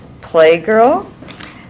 Playgirl